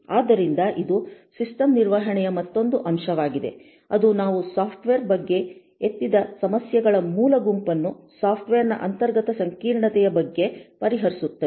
ಆದ್ದರಿಂದ ಇದು ಸಿಸ್ಟಮ್ ನಿರ್ವಹಣೆಯ ಮತ್ತೊಂದು ಅಂಶವಾಗಿದೆ ಅದು ನಾವು ಸಾಫ್ಟ್ವೇರ್ ಬಗ್ಗೆ ಎತ್ತಿದ ಸಮಸ್ಯೆಗಳ ಮೂಲ ಗುಂಪನ್ನು ಸಾಫ್ಟ್ವೇರ್ನ ಅಂತರ್ಗತ ಸಂಕೀರ್ಣತೆಯ ಬಗ್ಗೆ ಪರಿಹರಿಸುತ್ತದೆ